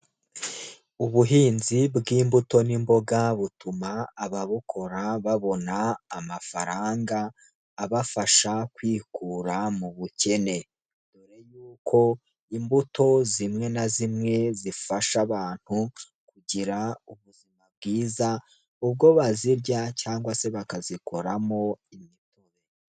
U,buhinzi bw'imbuto n'imboga butuma ababukora babona amafaranga abafasha kwikura mu bukene, dore yuko imbuto zimwe na zimwe zifasha abantu kugira ubuzima bwiza, ubwo bazirya cyangwa se bakazikoramo imitobe.